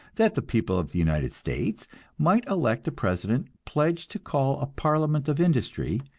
that the people of the united states might elect a president pledged to call a parliament of industry,